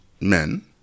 men